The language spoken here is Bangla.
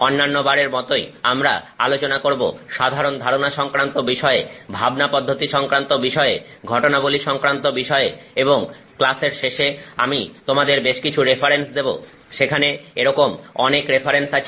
অন্যান্য বারের মতোই আমরা আলোচনা করব সাধারন ধারনা সংক্রান্ত বিষয়ে ভাবনা পদ্ধতি সংক্রান্ত বিষয়ে ঘটনাবলী সংক্রান্ত বিষয়ে এবং ক্লাসের শেষে আমি তোমাদের বেশ কিছু রেফারেন্স দেবো সেখানে এরকম অনেক রেফারেন্স আছে